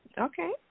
Okay